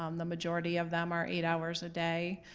um the majority of them are eight hours a day.